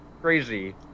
crazy